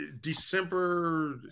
December